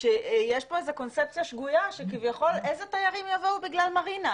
שיש כאן איזו קונספציה שגויה שכביכול איזה תיירים יבואו בגלל מרינה,